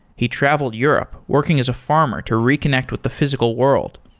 he traveled europe working as a farmer to reconnect with the physical world.